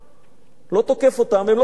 לא תוקף אותם והם לא תוקפים אותי.